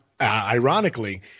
ironically